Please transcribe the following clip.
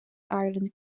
island